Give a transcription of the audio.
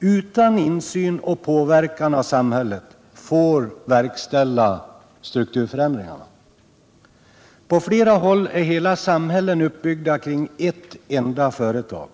utan insyn och påverkan från samhället, skall få verkställa strukturförändringarna. På flera håll är hela samhällen uppbyggda kring ett enda företag.